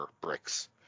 bricks